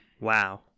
Wow